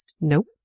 Nope